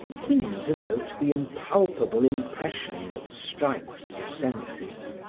keen to note the impalpable impression that strikes the senses,